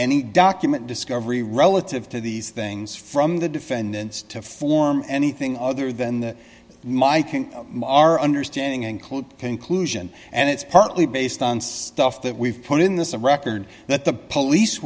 any document discovery relative to these things from the defendants to form anything other than the miking our understanding include conclusion and it's partly based on stuff that we've put in this record that the police